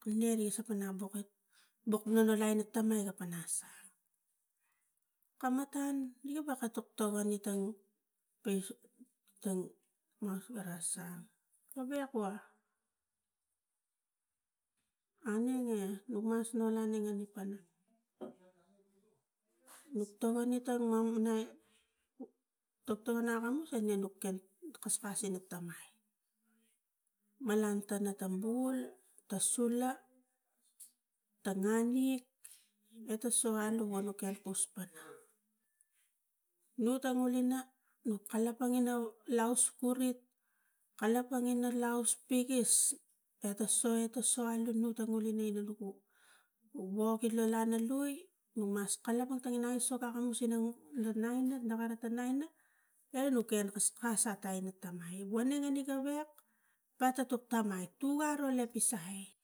ta nonolai ina tamai poh sang kamat an riga vek tuk togoni ngasaul gavek oh aneng eh nuk noli aunengi pana nuk togoni tang mani ana togtogon akamus eh neva nuk kaskas lava ina tamai malang tana ta bul ta sula tang nganik eh taso alu go nuk kus pana nu tang ngulina nuk kalapang ina laus kurit kalapang ina laus pigis eh taso eh taso alu nu tang ngulina nuk wili lo lana liu nuk kalapang pigis eh taso eh taso alu nu tang ngulina nuk wili lo lana liu nuk kalapang akanus ina nakara ta naina enuk nuk kaskas ta ina tamai woneng gavek pata tuk tamai tuk avo lapisai.